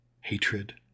hatred